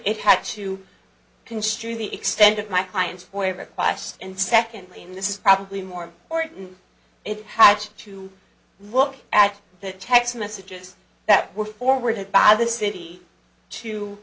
it had to construe the extent of my clients for a request and secondly and this is probably more important it had to look at the text messages that were forwarded by the city to